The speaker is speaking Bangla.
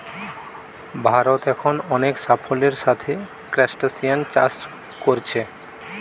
ভারত এখন অনেক সাফল্যের সাথে ক্রস্টাসিআন চাষ কোরছে